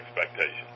expectations